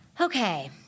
Okay